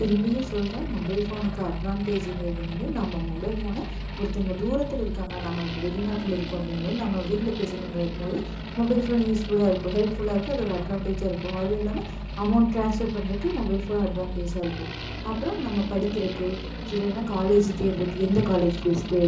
திரும்பியும் சொல்கிறேன் மொபைல் ஃபோனுக்கு அட்வான்டேஜ்ஜுங்கிறது வந்து நம்ம மொபைல் ஃபோனை ஒருத்தங்க தூரத்தில் இருக்காங்க நம்ம இப்போ வெளிநாட்டில் இருக்கோம் அப்படிங்கும்போது நம்ம வீட்டில் பேசணுங்கிறம்போது மொபைல் ஃபோன் யூஸ்ஃபுல்லாக இருக்கும் ஹெல்ப்ஃபுல்லா இருக்கும் அது ஒரு அட்வான்டேஜ்ஜாக இருக்கும் அது இல்லாமல் அமௌண்ட் ட்ரான்ஸ்ஃபர் பண்ணுறக்கு மொபைல் ஃபோன் அட்வான்டேஜ்ஜாக இருக்கும் அப்புறம் நம்ம படிக்கிறதுக்கு ஸ் இல்லைன்னா காலேஜு தேடுறக்கு எந்த காலேஜு பெஸ்ட்டு